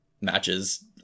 matches